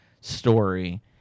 story